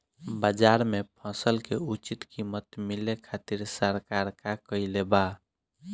बाजार में फसल के उचित कीमत मिले खातिर सरकार का कईले बाऽ?